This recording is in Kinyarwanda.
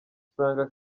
usanga